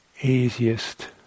easiest